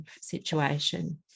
situation